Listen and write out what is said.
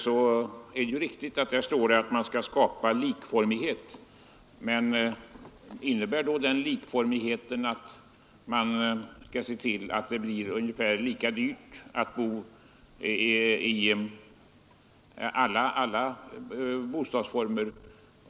Det är riktigt att det däri står att man skall skapa likformighet, men innebär den likformigheten att man skall se till att det blir ungefär lika dyrt i alla bostadsformer?